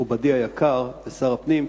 מכובדי היקר ושר הפנים,